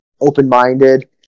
open-minded